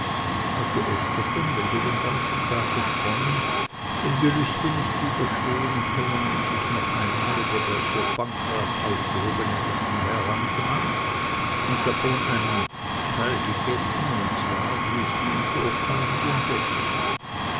hatte estherchen welche den ganzen tag gesponnen dem gelüste nicht widerstehen können und sich noch einmal über das für pankraz aufgehobene essen hergemacht und davon einen teil gegessen und zwar wie es ihm vorkam den besten